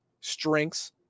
strengths